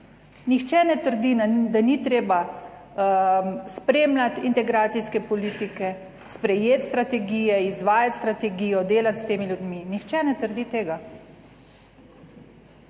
Nihče ne trdi, da ni treba spremljati integracijske politike, sprejeti strategije, izvajati strategijo, delati s temi ljudmi, nihče ne trdi tega.